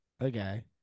okay